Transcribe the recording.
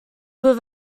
peut